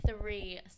three